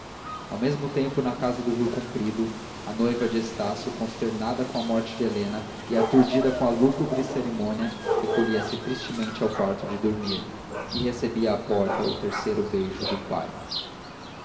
ao mesmo tempo na casa do rio comprido a noiva de estácio consternada com a morte de helena e aturdida com a lúgubre cerimônia recolhia-se tristemente ao quarto de dormir e recebia à porta o terceiro beijo do pai